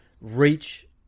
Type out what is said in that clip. reach